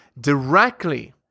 directly